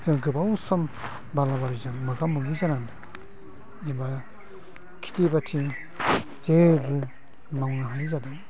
जों गोबाव सम बालाबारिजों मोगा मोगि जानांदों एबा खेथि बाथि जेबो मावनो हायि जादों